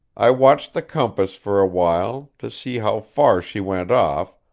i watched the compass for a while, to see how far she went off,